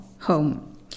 home